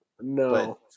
No